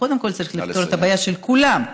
קודם כול צריכים לפתור את הבעיה של כולם,